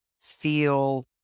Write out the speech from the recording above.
feel